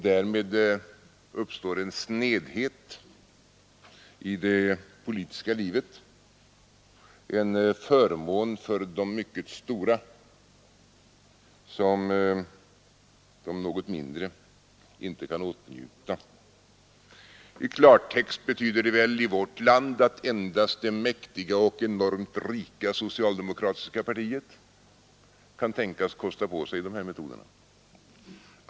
Därmed uppstår en snedhet i det politiska livet, en förmån för de mycket stora som de något mindre inte kan åtnjuta. I klartext betyder det i vårt land att endast det mäktiga och enormt rika socialdemokratiska partiet kan tänkas kosta på sig dessa metoder.